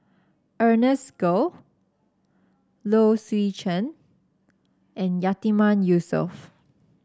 Ernest Goh Low Swee Chen and Yatiman Yusof